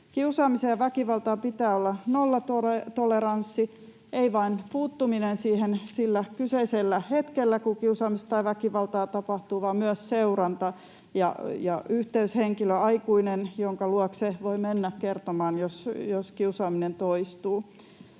Kiusaamiseen ja väkivaltaan pitää olla nollatoleranssi, ei vain puuttuminen siihen sillä kyseisellä hetkellä, kun kiusaamista tai väkivaltaa tapahtuu, vaan myös seuranta ja yhteyshenkilö, aikuinen, jonka luokse voi mennä kertomaan, jos kiusaaminen toistuu.